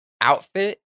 outfit